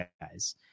guys